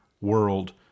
world